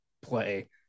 play